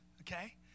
okay